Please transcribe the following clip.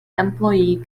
employee